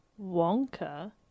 Wonka